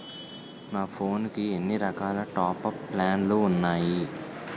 నా ఫోన్ కి ఎన్ని రకాల టాప్ అప్ ప్లాన్లు ఉన్నాయి?